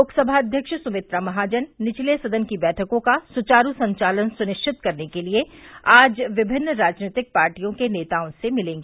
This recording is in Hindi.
लोकसभा अध्यक्ष सुमित्रा महाजन निचले सदन की बैठकों का सुचारू संचालन सुनिश्चित करने के लिए आज विभिन्न राजनीतिक पार्टियों के नेताओं से मिलेंगी